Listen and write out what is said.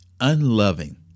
unloving